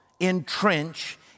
entrench